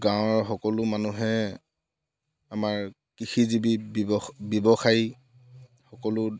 গাঁৱৰ সকলো মানুহে আমাৰ কৃষিজীৱী বিৱ ব্যৱসায়ী সকলো